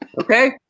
Okay